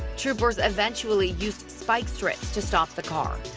troopers eventually used spike strips to stop the car.